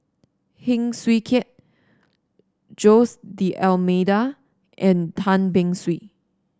Heng Swee Keat Jose D'Almeida and Tan Beng Swee